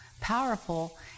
powerful